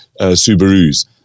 Subarus